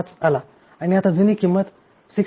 675 आला आणि आता जुनी किंमत 6